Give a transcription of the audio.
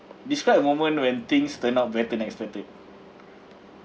describe a moment when things turn out better than expected